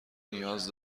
نیاز